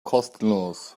kostenlos